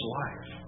life